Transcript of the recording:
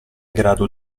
grado